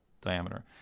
diameter